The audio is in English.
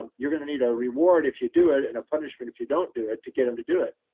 and you're going to need a reward if you do it and a punishment if you don't do it to get him to do it,